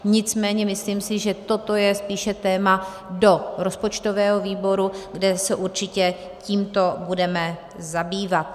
Nicméně si myslím, že toto je spíše téma do rozpočtového výboru, kde se určitě tímto budeme zabývat.